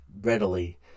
readily